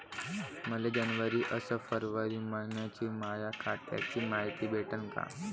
मले जनवरी अस फरवरी मइन्याची माया खात्याची मायती भेटन का?